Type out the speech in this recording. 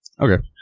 Okay